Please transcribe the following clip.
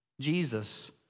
Jesus